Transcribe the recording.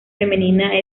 femenina